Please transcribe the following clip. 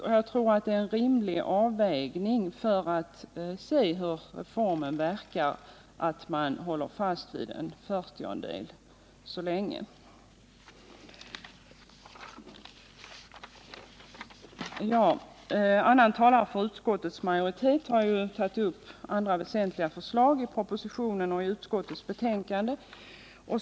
Jag tror att vi gör en rimlig avvägning om vi håller fast vid 1/40 så länge och ser hur reformen verkar. Andra talare för utskottets majoritet har tagit upp andra väsentliga förslag i propositionen och i utskottets betänkande.